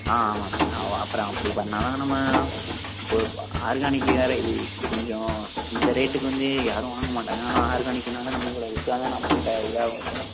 ஆ ஆமாம் சார் அப்புறம் அப்படி பண்ணிணா தான் நம்ம ஒரு ஆர்கானிக்கினாலே இது கொஞ்சம் இந்த ரேட்டுக்கு வந்து யாரும் வாங்க மாட்டாங்க ஆனால் ஆர்கானிக்குனாலே நம்ம இவ்வளோ விற்றா தான் நமக்கு இதாகும் சார்